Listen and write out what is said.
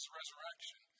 resurrection